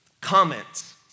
comments